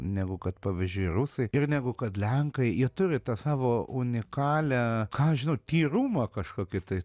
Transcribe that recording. negu kad pavyzdžiui rusai ir negu kad lenkai jie turi tą savo unikalią ką aš žinau tyrumą kažkokį tai